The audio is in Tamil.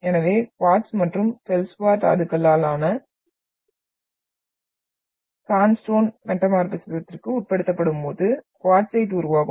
எனவே குவார்ட்ஸ் மற்றும் ஃபெல்ட்ஸ்பார் தாதுக்களால் ஆன சாண்ட் ஸ்டோன் மெட்டமார்பிஸத்திற்கு உட்படுத்தப்படும்போது குவார்ட்ஸைட் உருவாகும்